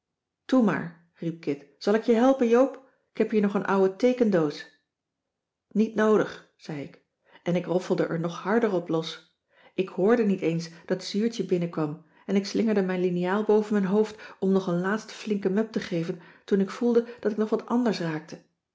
toe maar riep kit zal ik je helpen joop k heb hier nog een ouwe teekendoos niet noodig zei ik en ik roffelde er nog harder op los ik hoorde niet eens dat zuurtje binnenkwam en ik slingerde mijn liniaal boven mijn hoofd om nog een laatsten flinken mep te geven toen ik voelde dat ik nog wat anders raakte